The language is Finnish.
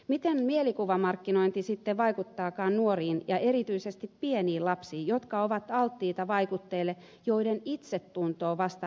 miten mielikuvamarkkinointi sitten vaikuttaakaan nuoriin ja erityisesti pieniin lapsiin jotka ovat alttiita vaikutteille joiden itsetunto on vasta rakentumassa